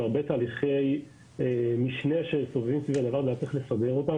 והרבה תהליכי משנה שהיו והיה צריך לפזר אותם